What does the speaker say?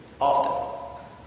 often